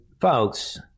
folks